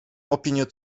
opinię